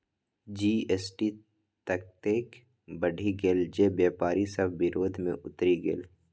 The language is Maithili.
जी.एस.टी ततेक बढ़ि गेल जे बेपारी सभ विरोध मे उतरि गेल